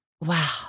Wow